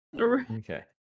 Okay